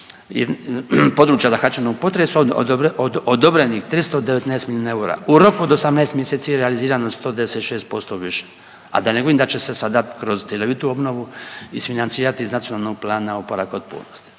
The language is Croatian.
područja zahvaćenog potresom od odobrenih 319 milijuna eura u roku od 18 mjeseci realizirano 196% više, a da ne govorim da će se sada kroz cjelovitu obnovu isfinancirati iz NPOO-a. Govorite mi